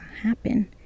happen